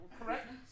correct